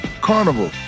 Carnival